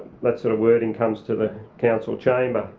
that sort of wording comes to the council chamber.